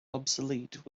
obsolete